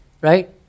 Right